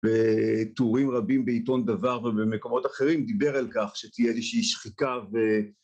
וטורים רבים בעיתון דבר ובמקומות אחרים דיבר על כך שתהיה איזושהי שחיקה